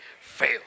fail